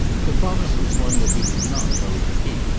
the promise was one that he did not hurry to keep,